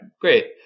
great